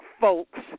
folks